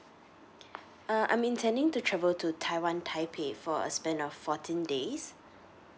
err I'm intending to travel to taiwan taipei for a span of fourteen days